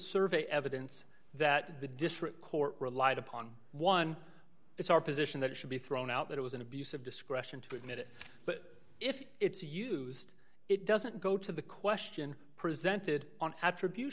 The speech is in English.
survey evidence that the district court relied upon one it's our position that it should be thrown out that it was an abuse of discretion to admit it but if it's used it doesn't go to the question presented on attribut